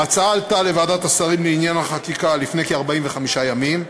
ההצעה עלתה לוועדת השרים לענייני חקיקה לפני כ-45 ימים.